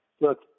look